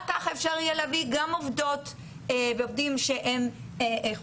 רק ככה אפשר יהיה להביא גם עובדות ועובדים שהם איכותיים,